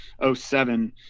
07